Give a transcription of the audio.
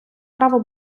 право